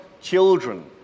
children